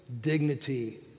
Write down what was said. dignity